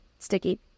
sticky